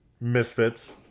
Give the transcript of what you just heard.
misfits